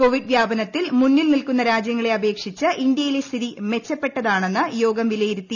Covid വ്യാപനത്തിൽ മുന്നിൽ നിൽക്കുന്ന രാജ്യങ്ങള്ള് അപേക്ഷിച്ച് ഇന്ത്യയിലെ സ്ഥിതി മെച്ചപ്പെട്ടതാണെന്ന് യോഗം വിലയിരുത്തി